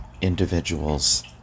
individuals